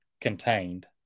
contained